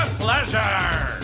pleasure